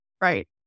Right